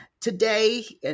today